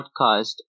podcast